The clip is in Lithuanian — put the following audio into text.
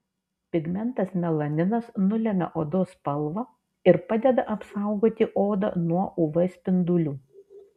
pigmentas melaninas nulemia odos spalvą ir padeda apsaugoti odą nuo uv spindulių